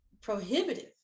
prohibitive